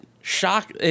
shock